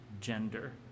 gender